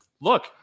Look